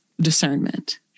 discernment